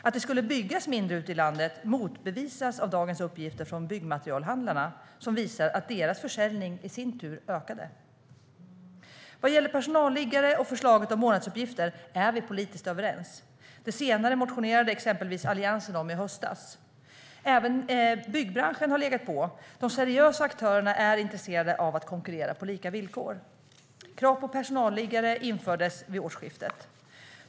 Att det skulle byggas mindre ute i landet motbevisas av dagens uppgifter från Byggmaterialhandlarna som visar att deras försäljning ökar. Vad gäller personalliggare och förslaget om månadsuppgifter är vi politiskt överens. Exempelvis motionerade Alliansen om det senare i höstas. Även byggbranschen har legat på. De seriösa aktörerna är intresserade av att konkurrera på lika villkor. Krav på personalliggare infördes vid årsskiftet.